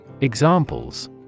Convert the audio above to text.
Examples